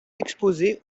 exposé